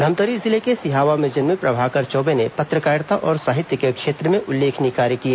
धमतरी जिले के सिहावा में जन्में प्रभाकर चौबे ने पत्रकारिता और साहित्य के क्षेत्र में उल्लेखनीय कार्य किए